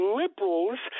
liberals